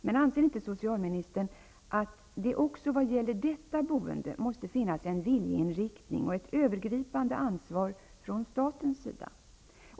Men anser inte socialministern att det också vad gäller detta boende måste finnas en viljeinriktning och ett övergripande ansvar från statens sida?